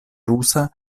rusa